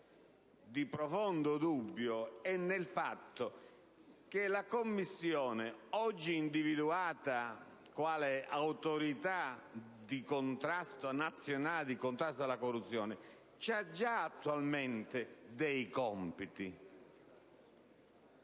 a profondi dubbi, è il fatto che la Commissione oggi individuata quale Autorità di contrasto nazionale alla corruzione ha già attualmente dei compiti